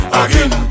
again